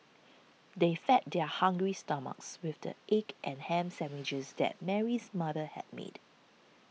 they fed their hungry stomachs with the egg and ham sandwiches that Mary's mother had made